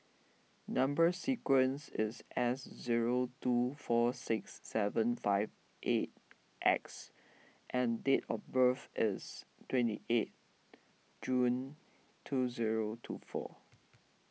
Number Sequence is S zero two four six seven five eight X and date of birth is twenty eighth June two zero two four